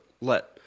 let